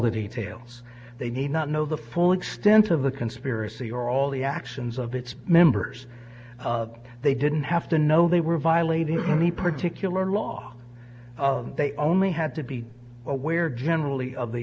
the details they need not know the full extent of the conspiracy or all the actions of its members of they didn't have to know they were violating any particular law they only had to be aware generally